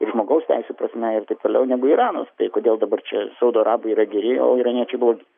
ir žmogaus teisių prasme ir taip toliau negu iranas tai kodėl dabar čia saudo arabai yra geri o iraniečiai blogi